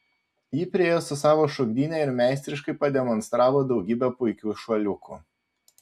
ji priėjo su savo šokdyne ir meistriškai pademonstravo daugybę puikių šuoliukų